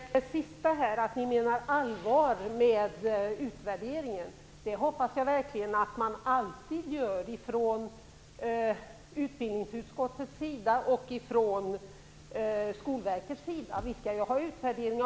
Herr talman! När det gäller det avslutande om att ni menar allvar med utvärderingen hoppas jag verkligen att man från utbildningsutskottet och Skolverket alltid gör